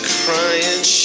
crying